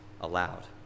aloud